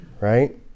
right